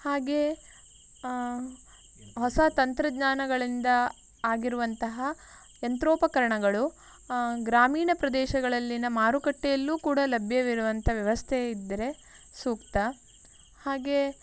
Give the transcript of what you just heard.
ಹಾಗೆ ಹೊಸ ತಂತ್ರಜ್ಞಾನಗಳಿಂದ ಆಗಿರುವಂತಹ ಯಂತ್ರೋಪಕರಣಗಳು ಗ್ರಾಮೀಣ ಪ್ರದೇಶಗಳಲ್ಲಿನ ಮಾರುಕಟ್ಟೆಯಲ್ಲೂ ಕೂಡ ಲಭ್ಯವಿರುವಂಥ ವ್ಯವಸ್ಥೆ ಇದ್ದರೆ ಸೂಕ್ತ ಹಾಗೆ